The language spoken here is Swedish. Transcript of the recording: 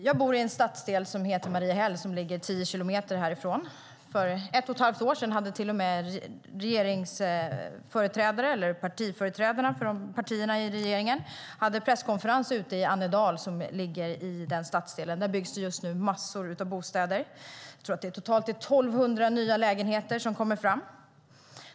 Jag bor i en stadsdel som heter Mariehäll och ligger tio kilometer härifrån. För ett och ett halvt år sedan hade partiföreträdarna för partierna i regeringen presskonferens ute i Annedal som ligger i den stadsdelen. Där byggs det just nu massor av bostäder. Jag tror att det totalt är 1 200 nya lägenheter som byggs.